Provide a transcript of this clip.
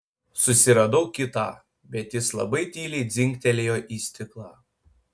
susiradau kitą bet jis labai tyliai dzingtelėjo į stiklą